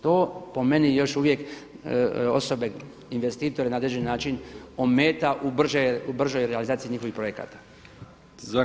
To po meni još uvijek osobe investitore na određeni način ometa u bržoj realizaciji njihovih projekata.